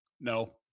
no